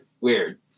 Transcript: weird